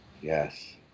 Yes